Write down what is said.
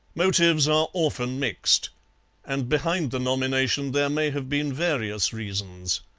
motives are often mixed and behind the nomination there may have been various reasons.